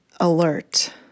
alert